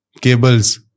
cables